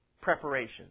preparation